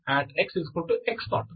dFdx|x x0